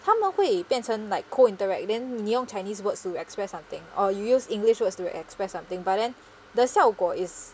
他们会变成 like cold interact then 你用 chinese words to express something or you use english words to express something but then the 效果 is